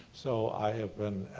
so, i have been.